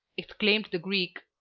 exclaimed the greek.